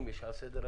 אין מתנגדים,